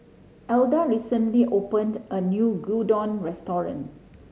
Alda recently opened a new Gyudon Restaurant